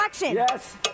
Yes